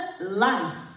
life